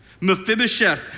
Mephibosheth